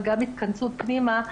וגם התכנסות פנימה,